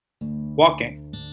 walking